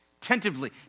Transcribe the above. tentatively